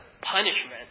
punishment